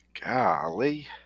golly